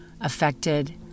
affected